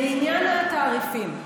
לעניין התעריפים,